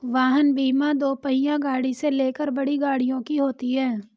वाहन बीमा दोपहिया गाड़ी से लेकर बड़ी गाड़ियों की होती है